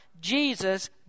Jesus